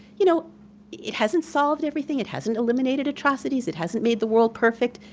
you know it hasn't solved everything, it hasn't eliminated atrocities, it hasn't made the world perfect,